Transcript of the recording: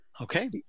Okay